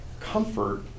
comfort